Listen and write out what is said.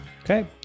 Okay